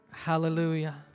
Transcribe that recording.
Hallelujah